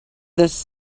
his